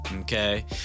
okay